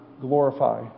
glorify